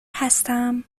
هستم